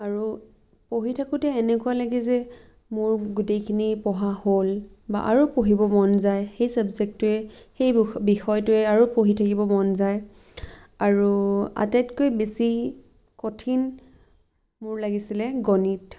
আৰু পঢ়ি থাকোতে এনেকুৱা লাগে যে মোৰ গোটেইখিনি পঢ়া হ'ল বা আৰু পঢ়িব মন যায় সেই চাবজেক্টটোৱে সেই বিষয়টোৱে আৰু পঢ়ি থাকিব মন যায় আৰু আটাইতকৈ বেছি কঠিন মোৰ লাগিছিলে গণিত